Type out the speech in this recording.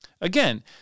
Again